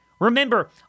Remember